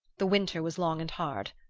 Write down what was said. the winter was long and hard.